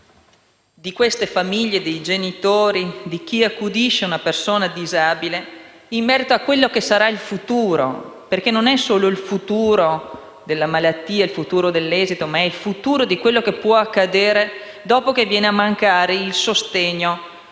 di queste famiglie, dei genitori, di chi accudisce una persona disabile in merito a quello che sarà il futuro, che non è solo il futuro della malattia e dell'esito, ma il futuro di quello che può accadere dopo che viene a mancare il sostegno